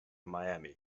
miami